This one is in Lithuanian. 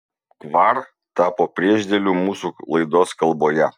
kvar tapo priešdėliu mūsų laidos kalboje